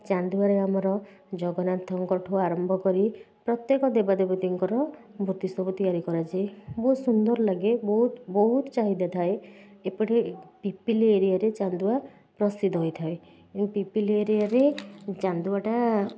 ଚାନ୍ଦୁଆରେ ଆମର ଜଗନ୍ନାଥଙ୍କଠୁ ଆରମ୍ଭ କରି ପ୍ରତ୍ୟେକ ଦେବାଦେବୀଙ୍କର ମୂର୍ତ୍ତି ସବୁ ତିଆରି କରାଯାଏ ବହୁତ ସୁନ୍ଦର ଲାଗେ ବହୁତ ବହୁତ ଚାହିଦା ଥାଏ ଏପଟେ ପିପିଲି ଏରିଆରେ ଚାନ୍ଦୁଆ ପ୍ରସିଦ୍ଧ ହୋଇଥାଏ ତେଣୁ ପିପିଲି ଏରିଆରେ ଚାନ୍ଦୁଆଟା